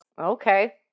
Okay